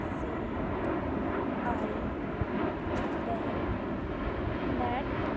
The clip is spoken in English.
C I bank net